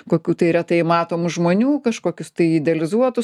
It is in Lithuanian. kokių tai retai matomų žmonių kažkokius tai idealizuotus